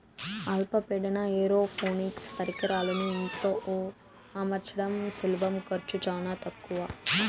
అల్ప పీడన ఏరోపోనిక్స్ పరికరాలను ఇంట్లో అమర్చడం సులభం ఖర్చు చానా తక్కవ